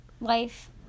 life